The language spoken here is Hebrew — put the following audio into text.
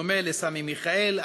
כמו סמי מיכאל,